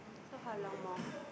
so how long more